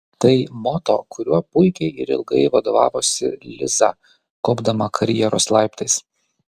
tai moto kuriuo puikiai ir ilgai vadovavosi liza kopdama karjeros laiptais